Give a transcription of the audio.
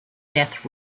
death